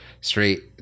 straight